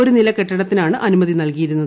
ഒരുനില കെട്ടിടത്തിനാണ് അനുമതി നൽകിയിരുന്നത്